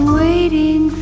waiting